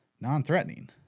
non-threatening